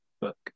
book